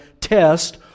test